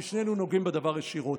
כי שנינו נוגעים בדבר ישירות: